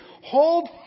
Hold